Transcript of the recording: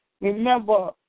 remember